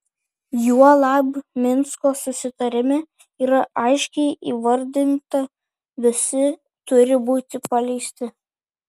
juolab minsko susitarime yra aiškiai įvardinta visi turi būti paleisti